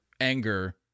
anger